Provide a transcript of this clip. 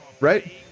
right